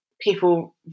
People